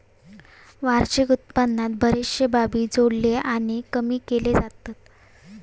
वार्षिक उत्पन्नात बरेचशे बाबी जोडले आणि कमी केले जातत